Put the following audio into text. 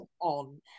on